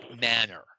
manner